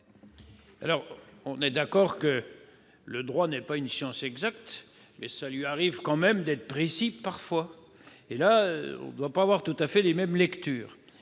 ? On est d'accord, le droit n'est pas une science exacte, mais il lui arrive tout de même d'être précis parfois ! Là, on ne doit pas en faire tout à fait la même lecture